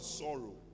sorrow